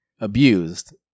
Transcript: abused